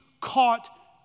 caught